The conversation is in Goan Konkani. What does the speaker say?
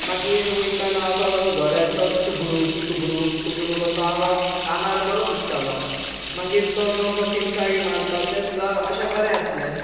मागीर वयतना असो घोड्याचो तुगडूक तुगडूक तुगडूक असो आवाज कानार बरो दिसतालो मागीर तो जसो किंचाळी मारता तें सुद्दां अशें बरें आसलें